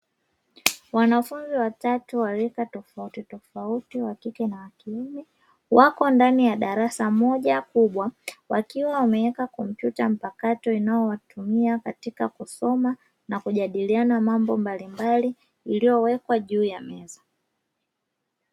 Wanafunzi watatu wa rika tofauti tofauti (wa kike na wa kiume) wako ndani ya darasa moja kubwa, wakiwa wameweka kompyuta mpakato wanayoitumia katika kusoma na kijadiliana mambo mbalimbali, iliyowekwa juu ya meza.